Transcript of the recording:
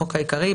החוק העיקרי),